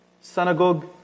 synagogue